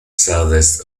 southeast